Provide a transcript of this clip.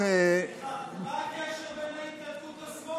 מה הקשר בין ההתנתקות לשמאל?